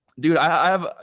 dude. i have,